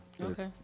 Okay